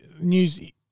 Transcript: News